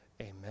Amen